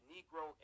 Negro